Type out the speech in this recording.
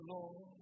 Lord